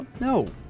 No